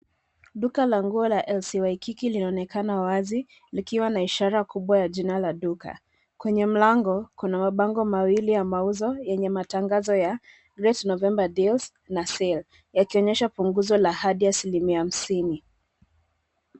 Duka la nguo la LC Waikiki linaonekana wazi likiwa na ishara kubwa ya jina la duka. Kwenye mlango, kuna mabango mawili ya mauzo, yenye matangazo ya "Great November Deals" na "Sale". Yakionyesha punguzo la hadi asilimia hamsini.